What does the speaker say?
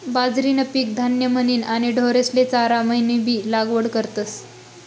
बाजरीनं पीक धान्य म्हनीन आणि ढोरेस्ले चारा म्हनीनबी लागवड करतस